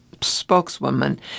spokeswoman